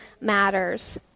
matters